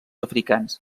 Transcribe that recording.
africans